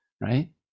right